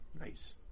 Nice